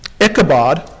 Ichabod